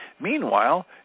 Meanwhile